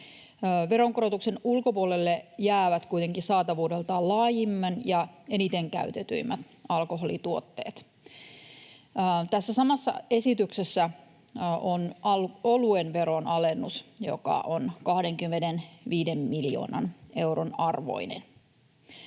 Veronkorotuksen ulkopuolelle jäävät kuitenkin saatavuudeltaan laajimmin ja eniten käytetyt alkoholituotteet. Tässä samassa esityksessä on oluen veronalennus, joka on 25 miljoonan euron arvoinen.